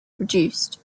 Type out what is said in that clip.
produced